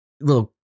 little